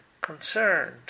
concerned